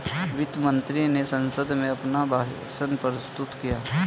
वित्त मंत्री ने संसद में अपना भाषण प्रस्तुत किया